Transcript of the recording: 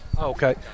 Okay